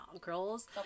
girls